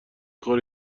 خوری